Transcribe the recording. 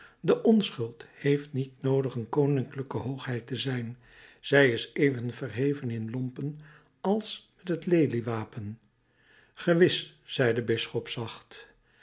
de onschuld heeft niet noodig een koninklijke hoogheid te zijn zij is even verheven in lompen als met het leliewapen gewis zei de bisschop zacht